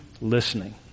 listening